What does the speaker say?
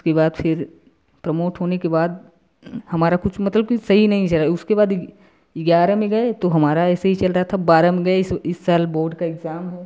उसके बाद फिर प्रमोट होने के बाद हमारा कुछ मतलब कि सही नहीं चला उसके बाद ग्यारह में गए तो हमारा ऐसे ही चल रहा था बारह में गए इस इस साल बोर्ड का एग्जाम है